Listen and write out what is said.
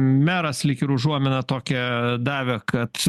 meras lyg ir užuominą tokią davė kad